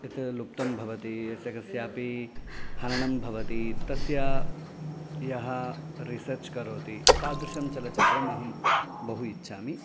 यत् लुप्तं भवति यस्य कस्यापि हरणं भवति तस्य यः रिसर्च् करोति तादृशं चलचित्रम् अहं बहु इच्छामि